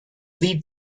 lead